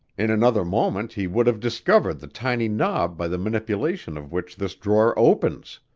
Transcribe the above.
in another moment he would have discovered the tiny knob by the manipulation of which this drawer opens.